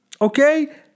Okay